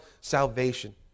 salvation